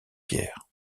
pierre